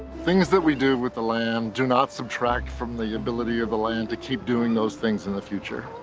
things that we do with the land do not subtract from the ability of the land to keep doing those things in the future.